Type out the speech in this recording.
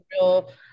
real